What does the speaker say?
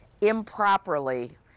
improperly